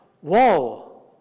whoa